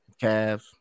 Cavs